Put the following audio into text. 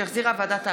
שהחזירה ועדת העבודה,